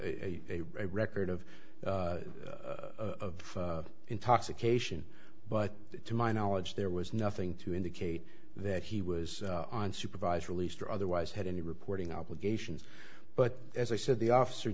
a record of of intoxication but to my knowledge there was nothing to indicate that he was on supervised released or otherwise had any reporting obligations but as i said the officer